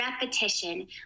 repetition